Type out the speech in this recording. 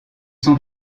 sont